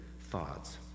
thoughts